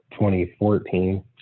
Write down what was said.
2014